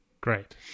great